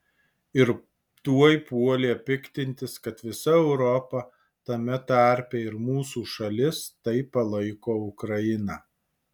ir tuoj puolė piktintis kad visa europa tame tarpe ir mūsų šalis taip palaiko ukrainą